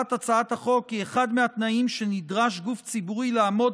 הצעת החוק קובעת כי אחד מהתנאים שנדרש גוף ציבורי לעמוד